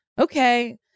okay